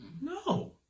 no